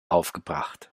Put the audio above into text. aufgebracht